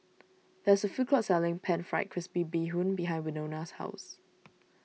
there is a food court selling Pan Fried Crispy Bee Hoon behind Wynona's house